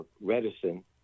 reticent